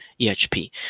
EHP